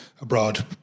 abroad